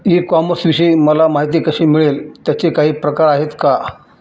E कॉमर्सविषयी मला माहिती कशी मिळेल? त्याचे काही प्रकार आहेत का?